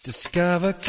Discover